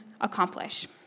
accomplish